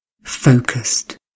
focused